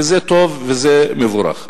וזה טוב וזה מבורך.